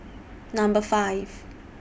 Number five